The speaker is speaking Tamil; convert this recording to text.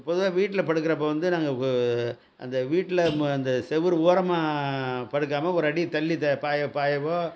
பொதுவாக வீட்டில் படுக்கிறப்ப வந்து நாங்கள் அந்த வீட்டில் நம்ம அந்த செவரு ஓரமாக படுக்காமல் ஒரு அடி தள்ளி த பாயை பாயைவோ